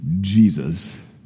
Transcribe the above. Jesus